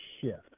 shift